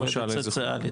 למשל עובדת סוציאלית.